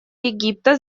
египта